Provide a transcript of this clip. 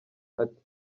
ati